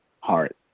heart